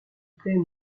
plaît